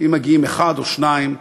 אם מגיעים אחד או שניים,